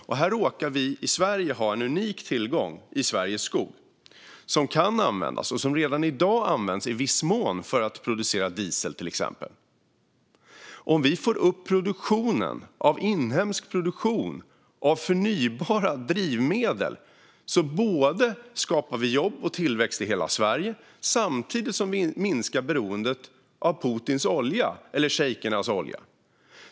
Och här råkar vi i Sverige ha en unik tillgång i Sveriges skog som kan användas och som redan i dag används i viss mån för att producera diesel, till exempel. Om vi får upp inhemsk produktion av förnybara drivmedel skapar vi både jobb och tillväxt i hela Sverige, samtidigt som vi minskar beroendet av Putins eller schejkernas olja.